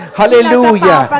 hallelujah